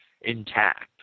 intact